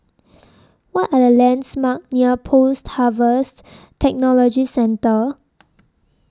What Are The lands Marks near Post Harvest Technology Centre